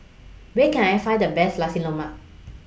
Where Can I Find The Best Nasi Lemak